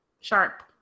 Sharp